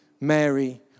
Mary